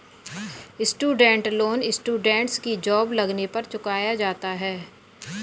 student loan students की job लगने पर चुकाया जाता है